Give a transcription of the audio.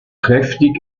kräftig